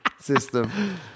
system